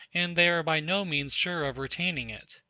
and they are by no means sure of retaining it.